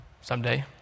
someday